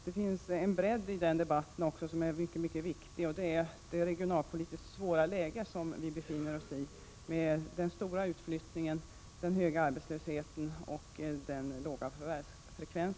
Med sin viktiga bredd omfattar förslaget även det regionalpolitiskt mycket svåra läget med stor utflyttning, hög arbetslöshet och låg förvärvsfrekvens.